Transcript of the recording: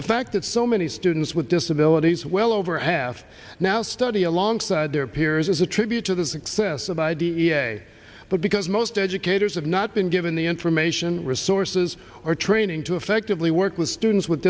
the fact that so many students with disabilities well over half now study alongside their peers is a tribute to the success of the i d e a but because most educators have not been given the information resources or training to effectively work with students with